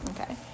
okay